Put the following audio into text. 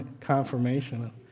confirmation